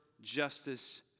justice